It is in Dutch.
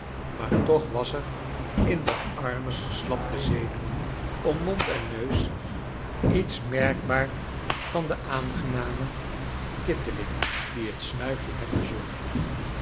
maar toch was er in de arme verslapte zenuwen om mond en neus iets merkbaar van de aangename kitteling die het snuifje hem bezorgde